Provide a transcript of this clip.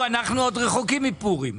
אנחנו עוד רחוקים מפורים.